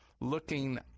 looking